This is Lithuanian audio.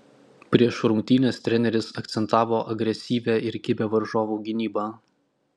prieš rungtynes treneris akcentavo agresyvią ir kibią varžovų gynybą